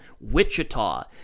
Wichita